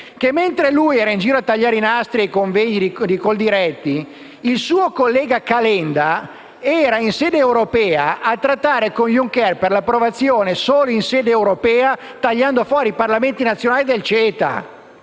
mentre era in giro a tagliare i nastri dei convegni di Coldiretti, il suo collega Calenda era in sede europea a trattare con Juncker per l'approvazione del CETA solo in sede europea, tagliando fuori i Parlamenti nazionali. E,